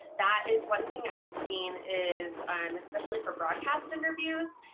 that is one thing i've seen, is um especially for broadcast interviews,